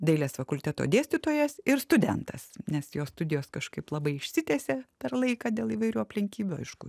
dailės fakulteto dėstytojas ir studentas nes jo studijos kažkaip labai išsitęsė per laiką dėl įvairių aplinkybių aišku